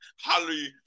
hallelujah